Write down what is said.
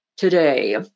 today